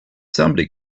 somebody